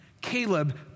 Caleb